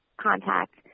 contact